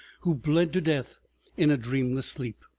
who bled to death in a dreamless sleep.